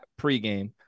pregame